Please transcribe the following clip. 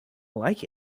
like